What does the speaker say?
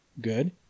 good